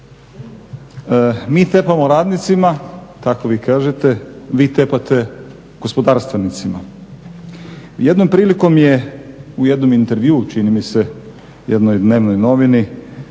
mi tepamo radnicima, tako vi kažete, vi tepate gospodarstvenicima. Jednom prilikom je u jednom intervjuu čini mi se jednoj dnevnoj novini